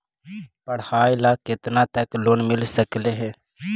पढाई ल केतना तक लोन मिल सकले हे?